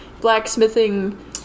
blacksmithing